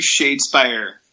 Shadespire